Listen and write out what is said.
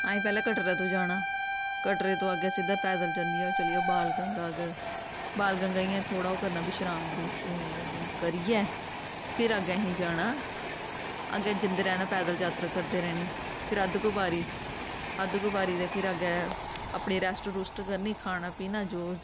असें पैह्लें कटरा तो जाना कटरे तो अग्गैं सिद्धे चली जाओ बाण गंगा बाण गंगा इयां थोह्ड़ी ओह् करना बिशराम बिशरूम करियै फिर अग्गें असें जाना अग्गें जंदे रैह्ना पैदल जात्तरा करदे रैह्नी फिर अद्ध कवारी अद्ध कवारी दे फिर अग्गें अपने रैस्ट रुस्ट करनी खाना पीना जो